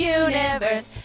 universe